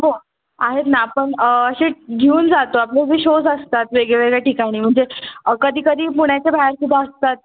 हो आहेत ना आपण असे घेऊन जातो आपले जे शोज असतात वेगळ्या वेगळ्या ठिकाणी म्हणजे कधी कधी पुण्याच्या बाहेर सुद्धा असतात